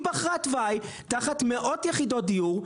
היא בחרה תוואי תחת מאות יחידות דיור.